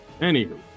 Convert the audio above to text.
anywho